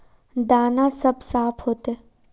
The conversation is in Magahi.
दाना सब साफ होते?